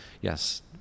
yes